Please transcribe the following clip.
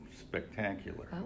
spectacular